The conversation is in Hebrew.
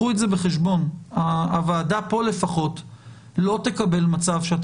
ההיבט הזה נוגע לכל החובות שמוטלות על מארגני תיירות,